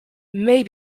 may